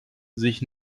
sich